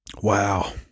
Wow